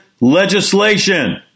legislation